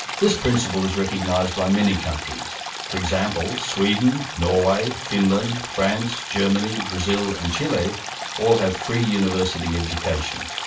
this principle is recognised by many countries for example, sweden, norway, finland, france, germany, brazil and chile all have free university education.